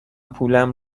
پولم